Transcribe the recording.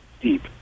deep